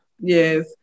Yes